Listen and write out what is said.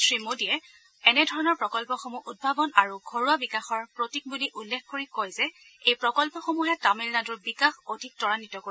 শ্ৰীমোদীয়ে এনেধৰণৰ প্ৰকল্পসমূহ উদ্ভাৱন আৰু ঘৰুৱা বিকাশৰ প্ৰতীক বুলি উল্লেখ কৰি কয় যে এই প্ৰকল্পসমূহে তামিলনাডুৰ বিকাশ অধিক ত্বৰাদ্বিত কৰিব